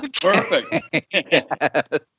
perfect